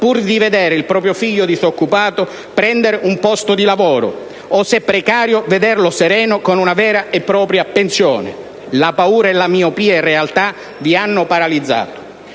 pur di vedere il proprio figlio disoccupato prendere un posto di lavoro o, se precario, vederlo sereno con una vera e propria pensione. La paura e la miopia in realtà vi hanno paralizzato.